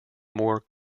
more